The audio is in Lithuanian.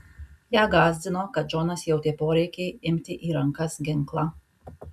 ją gąsdino kad džonas jautė poreikį imti į rankas ginklą